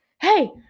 hey